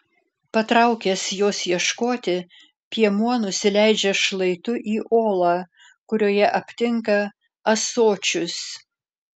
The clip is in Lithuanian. patraukęs jos ieškoti piemuo nusileidžia šlaitu į olą kurioje aptinka ąsočius